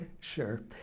Sure